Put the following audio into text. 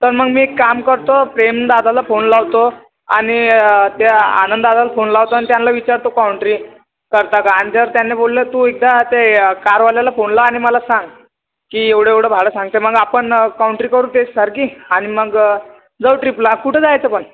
तर मग मी एक काम करतो प्रेमदादाला फोन लावतो आणि त्या आनंद दादाला फोन लावतो आणि त्याना विचारतो कॉन्ट्री करता का आणि जर त्यांनी बोललं तू एकदा ते कारवाल्याला फोन लाव आणि मला सांग की एवढं एवढं भाडं सांगतोय मग आपण कॉन्ट्री करू तेच सारखी आणि मग जाऊ ट्रिपला कुठं जायचं पण